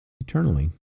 eternally